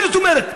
מה זאת אומרת?